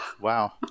Wow